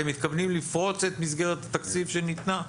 אתם מתכוונים לפרוץ את מסגרת התקציב שניתנה?